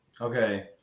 Okay